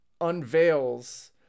unveils